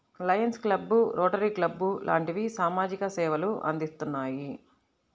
Lions Club, Rotary Club లాంటివి సామాజిక సేవలు అందిత్తున్నాయి